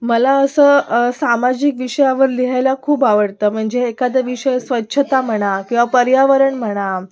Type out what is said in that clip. मला असं सामाजिक विषयावर लिहायला खूप आवडतं म्हणजे एखादा विषय स्वच्छता म्हणा किंवा पर्यावरण म्हणा